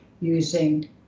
using